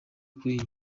kuri